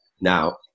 Now